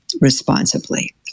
responsibly